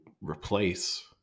replace